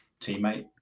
teammate